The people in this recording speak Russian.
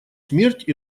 смерть